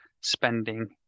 spending